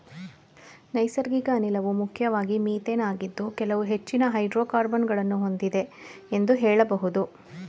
ನೈಸರ್ಗಿಕ ಅನಿಲವು ಮುಖ್ಯವಾಗಿ ಮಿಥೇನ್ ಆಗಿದ್ದು ಕೆಲವು ಹೆಚ್ಚಿನ ಹೈಡ್ರೋಕಾರ್ಬನ್ ಗಳನ್ನು ಹೊಂದಿದೆ ಎಂದು ಹೇಳಬಹುದು